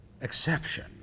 exception